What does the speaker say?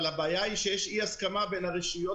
אבל הבעיה היא שיש אי-הסכמה בין הרשויות